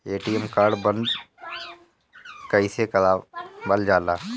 ATM card बन्द कईसे करावल जाला?